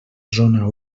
zona